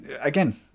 again